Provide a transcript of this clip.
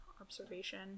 observation